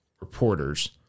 reporters